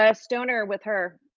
ah stoner with her.